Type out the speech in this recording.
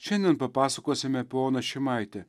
šiandien papasakosime apie oną šimaitę